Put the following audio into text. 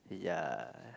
ya